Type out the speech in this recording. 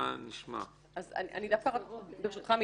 ברשותך.